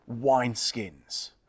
wineskins